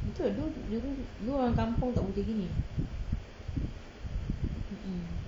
betul dulu-dulu orang kampung tak putih gini mmhmm